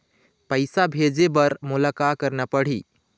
पैसा भेजे बर मोला का करना पड़ही?